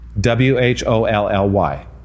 W-H-O-L-L-Y